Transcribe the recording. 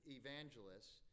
evangelists